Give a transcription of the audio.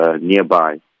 nearby